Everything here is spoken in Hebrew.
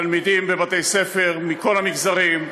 תלמידים בבתי-ספר מכל המגזרים,